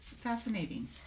fascinating